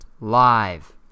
live